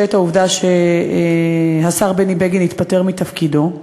את העובדה שהשר בני בגין התפטר מתפקידו,